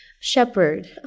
shepherd